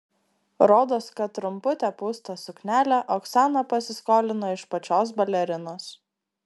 rodos kad trumputę pūstą suknelę oksana pasiskolino iš pačios balerinos